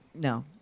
No